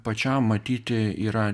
pačiam matyti yra